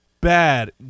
bad